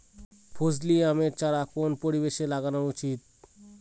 ফজলি আমের চারা কোন পরিবেশে লাগানো উচিৎ?